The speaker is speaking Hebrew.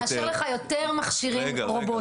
נאשר לך יותר מכשירים רובוטיים,